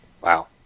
Wow